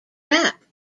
rap